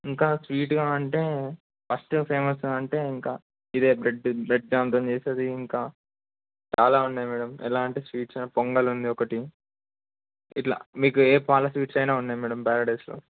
ఇంకా స్వీట్గా అంటే ఫస్ట్ ఫేమస్ అంటే ఇంకా ఇదే బ్రెడ్ బ్రెడ్ దానితో చేసేది ఇంకా చాలా ఉన్నాయి మ్యాడమ్ ఎలా అంటే స్వీట్స్ పొంగల్ ఉంది ఒకటి ఇట్లా మీకు ఏ పాలా స్వీట్స్ అయిన ఉన్నాయి మ్యాడమ్ ప్యారడైజ్లో